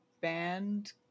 Band